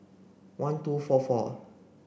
one two four four